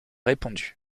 répondu